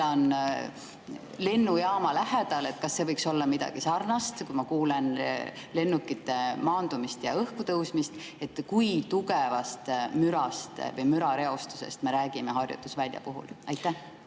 elan lennujaama lähedal, kas see võiks olla midagi sarnast, kui ma kuulen lennukite maandumist ja õhkutõusmist? Kui tugevast mürast või mürareostusest me räägime harjutusvälja puhul? Suur